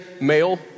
male